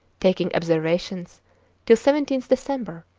taking observations till seventeenth december,